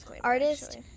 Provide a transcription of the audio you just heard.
artist